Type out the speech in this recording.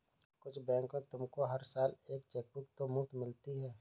कुछ बैंक में तुमको हर साल एक चेकबुक तो मुफ़्त मिलती है